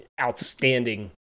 Outstanding